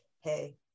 hey